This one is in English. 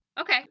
Okay